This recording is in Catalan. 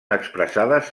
expressades